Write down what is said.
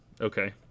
okay